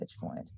point